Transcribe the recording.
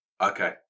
Okay